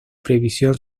previsión